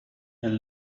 and